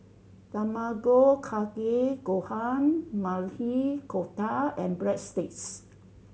Tamago Kake Gohan Maili Kofta and Breadsticks